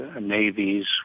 navies